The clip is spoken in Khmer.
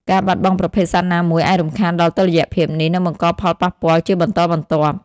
ការបាត់បង់ប្រភេទសត្វណាមួយអាចរំខានដល់តុល្យភាពនេះ និងបង្កផលប៉ះពាល់ជាបន្តបន្ទាប់។